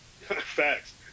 Facts